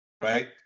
right